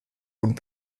und